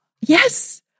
Yes